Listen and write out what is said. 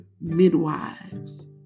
midwives